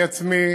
אני עצמי